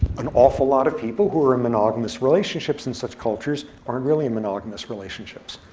an awful lot of people who are in monogamous relationships in such cultures aren't really in monogamous relationships.